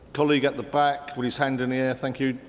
colleague at the back with his hand in the air, thank you.